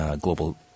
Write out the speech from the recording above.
global